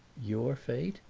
your fate?